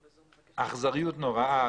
שקיבל אכזריות נוראה.